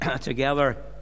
together